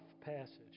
passage